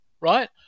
right